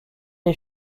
les